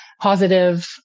positive